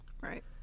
Right